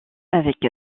avec